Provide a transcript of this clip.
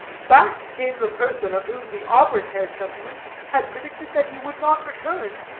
back came the person of whom the auburn-haired gentleman had predicted that he would not return.